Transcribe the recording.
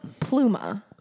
Pluma